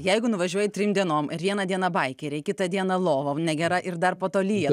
jeigu nuvažiuoji trim dienom ir vieną dieną baikeriai kitą dieną lova negera ir dar po to lyja